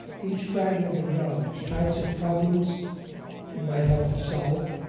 each fragment of knowledge, types of problems it might help to solve,